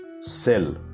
Cell